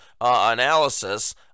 analysis